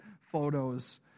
photos